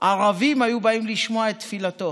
ערבים היו באים לשמוע את תפילתו